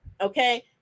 okay